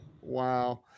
Wow